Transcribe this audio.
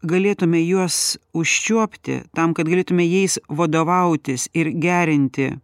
galėtume juos užčiuopti tam kad galėtume jais vadovautis ir gerinti